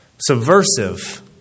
subversive